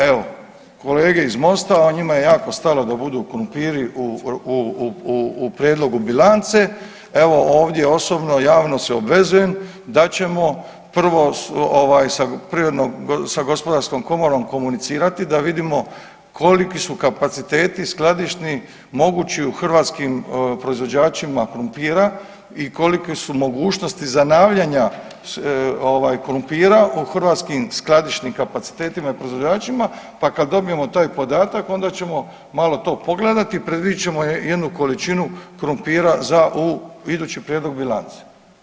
Evo, kolege iz MOST-a evo njima je jako stalo da budu krumpiri u prijedlogu bilance, evo ovdje osobno javno se obvezujem da ćemo prvo ovaj sa gospodarskom komorom komunicirati da vidimo koliki su kapaciteti skladišni mogući u hrvatskim proizvođačima krumpira i kolike su mogućnosti zanavljanja ovaj krumpira u hrvatskim skladištim kapacitetima i proizvođačima pa kad dobijemo taj podatak onda ćemo malo to pogledati, predvidit ćemo jednu količinu krumpira za ovu, idući prijedlog bilance.